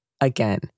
Again